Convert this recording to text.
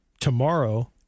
tomorrow